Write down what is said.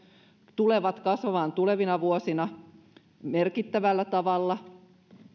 tulevat kasvamaan tulevina vuosina merkittävällä tavalla